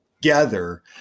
together